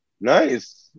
nice